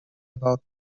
about